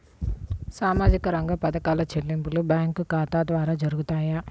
సామాజిక రంగ పథకాల చెల్లింపులు బ్యాంకు ఖాతా ద్వార జరుగుతాయా?